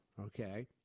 okay